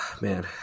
Man